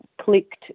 clicked